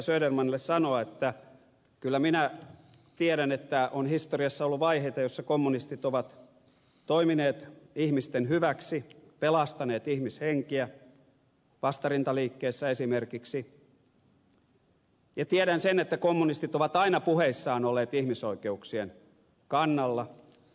södermanille sanoa että kyllä minä tiedän että on historiassa ollut vaiheita joissa kommunistit ovat toimineet ihmisten hyväksi pelastaneet ihmishenkiä vastarintaliikkeessä esimerkiksi ja tiedän sen että kommunistit ovat aina puheissaan olleet ihmisoikeuksien kannalla